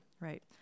right